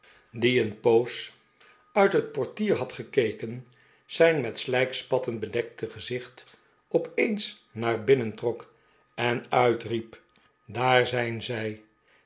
die een poos uit het portier had gekeken zijn met slijkspatten bedekte gezicht op eens naar binnen trok en uitriep daar zijn zij